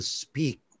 speak